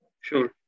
Sure